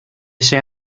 ese